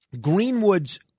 Greenwood's